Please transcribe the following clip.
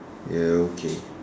ya okay